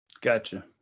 Gotcha